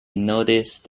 noticed